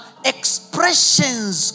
expressions